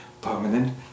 permanent